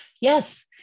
Yes